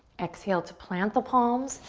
exhale to plant the palms,